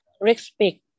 respect